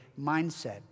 mindset